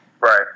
Right